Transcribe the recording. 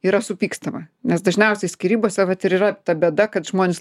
yra supykstama nes dažniausiai skyrybose vat ir yra ta bėda kad žmonės